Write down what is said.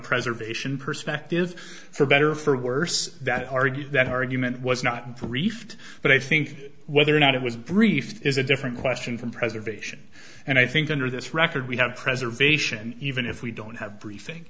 preservation perspective for better or for worse that argue that argument was not briefed but i think whether or not it was briefed is a different question from preservation and i think under this record we have preservation even if we don't have briefing